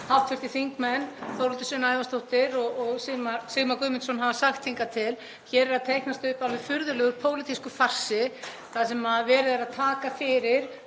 sem hv. þm. Þórhildur Sunna Ævarsdóttir og Sigmar Guðmundsson hafa sagt hingað til. Hér er að teiknast upp alveg furðulegur pólitískur farsi þar sem verið er að taka fyrir